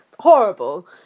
horrible